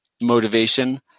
motivation